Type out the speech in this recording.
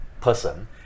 person